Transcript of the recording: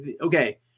okay